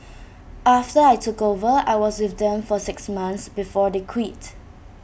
after I took over I was with them for six months before they quit